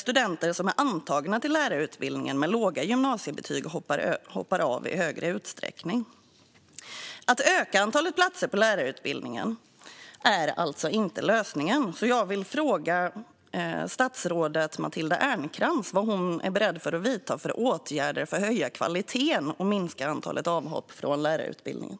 Studenter som är antagna till lärarutbildningen med låga gymnasiebetyg hoppar av i större utsträckning. Att öka antalet platser på lärarutbildningen är alltså inte lösningen. Jag vill fråga statsrådet Matilda Ernkrans vilka åtgärder hon är beredd att vidta för att höja kvaliteten i och minska antalet avhopp från lärarutbildningen.